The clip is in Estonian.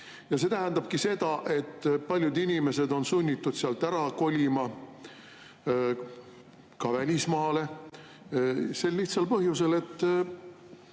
omakorda tähendab seda, et paljud inimesed on sunnitud sealt ära kolima, ka välismaale, sel lihtsal põhjusel, et